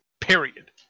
period